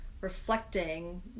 reflecting